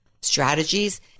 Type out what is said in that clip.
strategies